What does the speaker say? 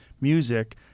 music